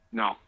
no